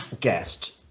guest